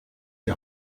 die